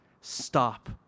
stop